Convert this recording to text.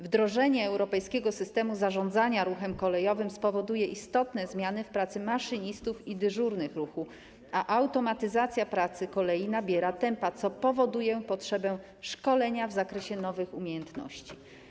Wdrożenie Europejskiego Systemu Zarządzania Ruchem Kolejowym spowoduje istotne zmiany w pracy maszynistów i dyżurnych ruchu, a automatyzacja pracy kolei nabiera tempa, co powoduje potrzebę szkolenia w zakresie nowych umiejętności.